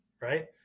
right